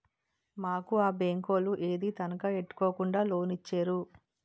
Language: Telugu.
మాకు ఆ బేంకోలు ఏదీ తనఖా ఎట్టుకోకుండా లోనిచ్చేరు